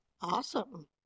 Awesome